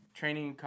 training